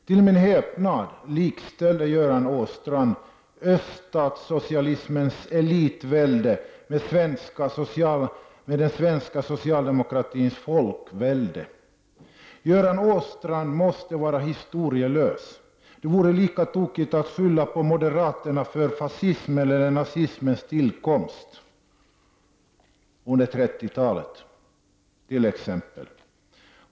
Till min häpnad likställde Göran Åstrand öststatssocialismens elitvälde med den svenska socialdemokratins folkvälde. Göran Åstrand måste vara historielös. Det vore lika tokigt att skylla moderaterna för t.ex. fascism eller för nazismens tillkomst under 30-talet.